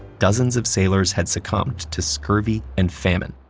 dozens of sailors had succumbed to scurvy and famine.